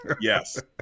yes